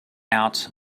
out